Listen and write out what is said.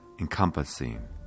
encompassing